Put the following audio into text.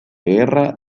guerra